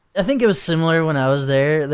i think it was similar when i was there.